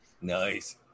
Nice